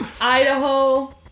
Idaho